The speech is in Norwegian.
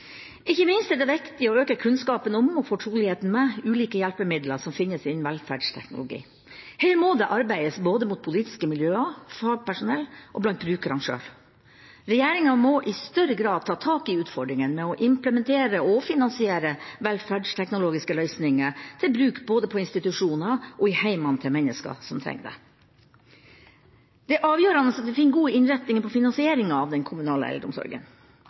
Ikke minst er det viktig å øke kunnskapen om og fortroligheten med ulike hjelpemidler som finnes innenfor velferdsteknologi. Her må det arbeides både mot politiske miljøer, fagpersonell og blant brukerne sjøl. Regjeringa må i større grad ta tak i utfordringene med å implementere og finansiere velferdsteknologiske løsninger til bruk både på institusjoner og i hjemmene til mennesker som trenger det. Det er avgjørende at en finner gode innretninger på finansieringa av den kommunale eldreomsorgen.